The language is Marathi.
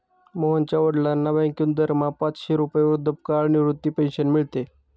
मोहनच्या वडिलांना बँकेतून दरमहा पाचशे रुपये वृद्धापकाळ निवृत्ती पेन्शन मिळते